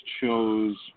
chose